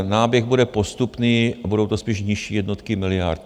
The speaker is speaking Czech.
Ten náběh bude postupný a budou to spíš nižší jednotky miliard.